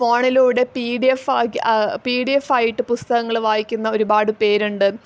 ഫോണിലൂടെ P D എഫാക്കി പിഡിഎഫായിട്ട് പുസ്തകങ്ങൾ വായിക്കുന്ന ഒരുപാട് പേരുണ്ട്